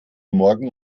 morgen